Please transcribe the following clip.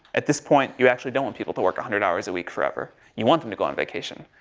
at this point, you actually don't want people to work a hundred hours a week forever. you want them to go on vacation.